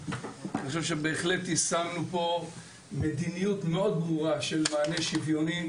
אני חושב שבהחלט יישמנו פה מדיניות מאוד ברורה של מענה שיוויוני,